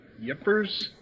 Yippers